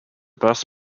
bus